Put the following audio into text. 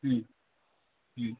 ம் ம்